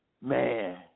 Man